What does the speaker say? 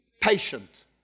patient